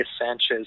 Sanchez